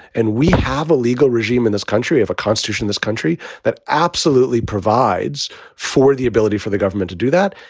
and we have a legal regime in this country of a constitution, this country that absolutely provides for the ability for the government to do that.